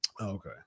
Okay